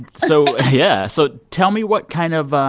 so yeah, so tell me what kind of